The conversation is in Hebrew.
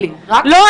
רק תתני לי --- לא,